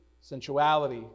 sensuality